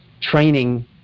training